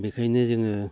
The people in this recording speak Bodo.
बेखायनो जोङो